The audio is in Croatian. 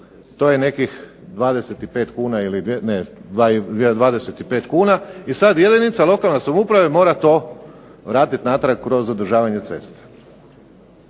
kuna ili, 25 kuna, e sad jedinica lokalne samouprave mora to vratiti natrag kroz održavanje cesta.